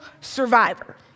Survivor